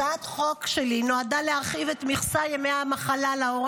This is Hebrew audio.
הצעת החוק שלי נועדה להרחיב את מכסת ימי המחלה להורה